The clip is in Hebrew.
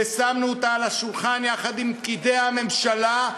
ושמנו אותה על השולחן יחד עם פקידי הממשלה,